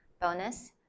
bonus